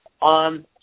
on